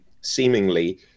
seemingly